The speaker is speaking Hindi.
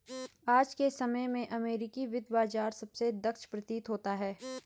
आज के समय में अमेरिकी वित्त बाजार सबसे दक्ष प्रतीत होता है